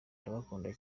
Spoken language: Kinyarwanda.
ndabakunda